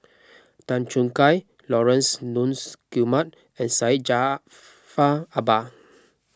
Tan Choo Kai Laurence Nunns Guillemard and Syed Jaafar Albar